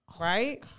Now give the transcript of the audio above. right